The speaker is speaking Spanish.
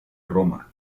roma